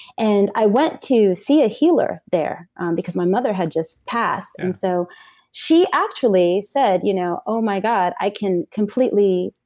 and i went to see a healer there because my mother had just passed. and so she actually said, you know oh my god, i can completely.